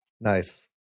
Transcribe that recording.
Nice